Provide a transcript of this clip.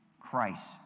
Christ